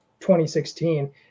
2016